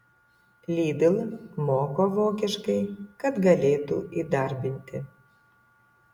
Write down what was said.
lidl moko vokiškai kad galėtų įdarbinti